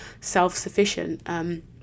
self-sufficient